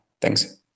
thanks